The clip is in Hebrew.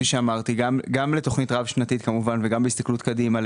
כאמור גם לתוכנית רב שנתית כמובן וגם בהסתכלות קדימה,